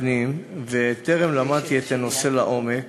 הפנים וטרם למדתי את הנושא לעומק.